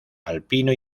alpino